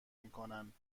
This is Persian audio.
میکنند